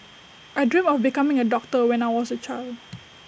I dreamt of becoming A doctor when I was A child